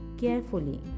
carefully